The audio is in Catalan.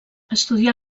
estudià